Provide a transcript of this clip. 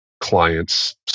clients